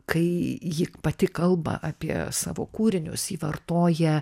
kai ji pati kalba apie savo kūrinius jį vartoja